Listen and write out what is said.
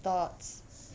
thoughts